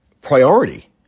priority